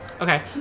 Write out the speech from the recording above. okay